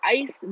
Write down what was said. ice